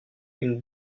une